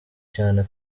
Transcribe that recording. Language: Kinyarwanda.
cyane